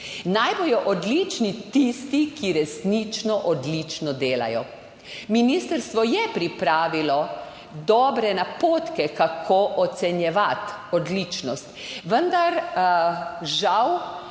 Naj bodo odlični tisti, ki resnično odlično delajo. Ministrstvo je pripravilo dobre napotke, kako ocenjevati odličnost, vendar žal